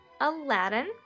Aladdin